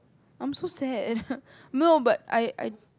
I'm so sad no but I I